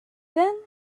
then